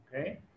Okay